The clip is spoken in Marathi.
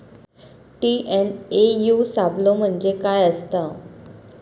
टी.एन.ए.यू सापलो म्हणजे काय असतां?